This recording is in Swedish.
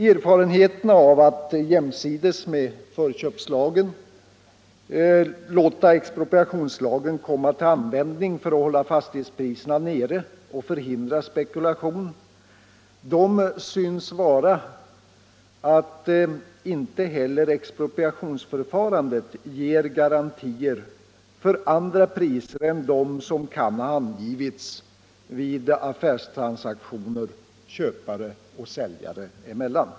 Erfarenheterna av att jämsides med förköpslagen låta expropriation komma till användande för att hålla fastighetspriserna nere och förhindra spekulation synes innebära att inte heller expropriationsförfarandet ger garantier för andra priser än dem som kan ha angivits vid affärstransaktioner mellan köpare och säljare.